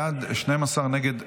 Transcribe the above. בעד, 12, נגד,